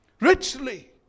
Richly